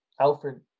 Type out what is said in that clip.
Alfred